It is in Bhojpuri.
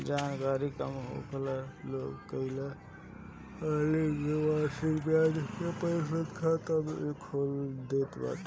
जानकरी कम होखला पअ लोग कई हाली लोग वार्षिक बियाज प्रतिशत वाला खाता खोल देत बाटे